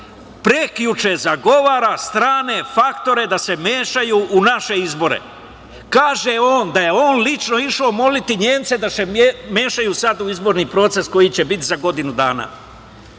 Prekjuče zagovara strane faktore da se mešaju u naše izbore. Kaže on da je on lično išao moliti Nemce da se mešaju sada u izborni proces koji će biti za godinu dana.